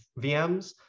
VMs